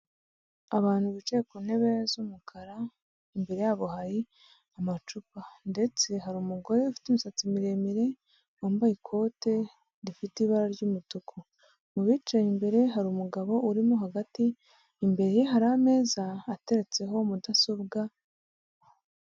Abantu bicaye ku ntebe z'umukara, imbere yabo hari amacupa ndetse hari umugore ufite imisatsi miremire wambaye ikote rifite ibara ry'umutuku, mu bicaye imbere hari umugabo urimo hagati, imbere ye hari ameza ateretseho mudasobwa.